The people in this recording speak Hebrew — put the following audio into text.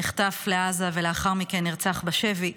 נחטף לעזה ולאחר מכן נרצח בשבי.